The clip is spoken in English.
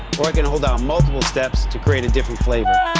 or i can hold out multiple steps to create a different flavor.